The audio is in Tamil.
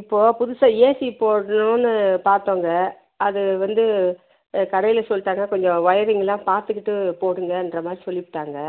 இப்போது புதுசாக ஏசி போடணும்னு பார்த்தோங்க அதுவந்து கடையில் சொல்லிட்டாங்க கொஞ்சம் வொயரிங்கெலாம் பார்த்துக்கிட்டு போடுங்கிற மாதிரி சொல்லிவிட்டாங்க